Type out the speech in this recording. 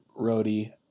roadie